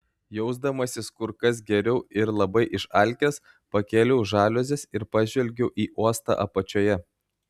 jausdamasis kur kas geriau ir labai išalkęs pakėliau žaliuzes ir pažvelgiau į uostą apačioje